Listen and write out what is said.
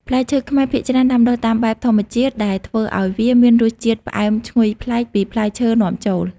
ផ្លែឈើខ្មែរភាគច្រើនដាំដុះតាមបែបធម្មជាតិ ដែលធ្វើឱ្យវាមានរសជាតិផ្អែមឈ្ងុយប្លែកពីផ្លែឈើនាំចូល។